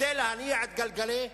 כדי להניע את גלגלי הכלכלה.